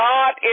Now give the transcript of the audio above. God